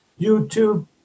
YouTube